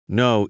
no